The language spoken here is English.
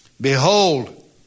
Behold